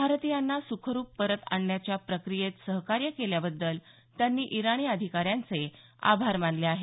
भारतीयांना सुखरुप परत आणण्याच्या प्रक्रियेत सहकार्य केल्याबद्दल त्यांनी इराणी अधिकाऱ्यांचे आभार मानले आहेत